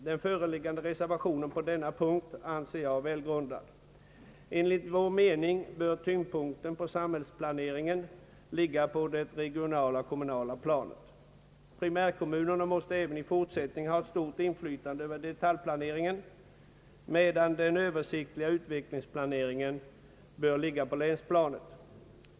Den föreliggande reservationen på denna punkt anser jag välgrundad. Enligt vår mening bör tyngdpunkten i samhällsplaneringen ligga på det regionala och kommunala planet. Primärkommunerna måste även i fortsättningen ha stort inflytande över detaljplaneringen, medan den översiktliga utvecklingsplaneringen bör ligga på länsplanet.